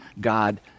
God